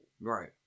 Right